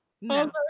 no